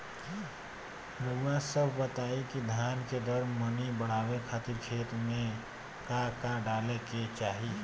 रउआ सभ बताई कि धान के दर मनी बड़ावे खातिर खेत में का का डाले के चाही?